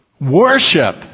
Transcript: Worship